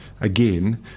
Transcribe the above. again